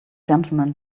gentlemen